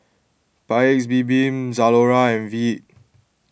Paik's Bibim Zalora and Veet